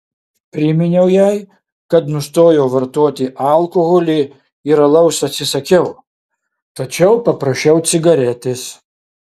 priminiau jai kad nustojau vartoti alkoholį ir alaus atsisakiau tačiau paprašiau cigaretės